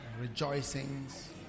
rejoicings